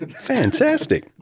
Fantastic